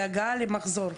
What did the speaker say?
בהגעה של מחזור,